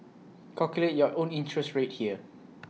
calculate your own interest rate here